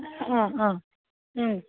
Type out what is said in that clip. অঁ অঁ